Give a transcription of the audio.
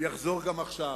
יחזור גם עכשיו.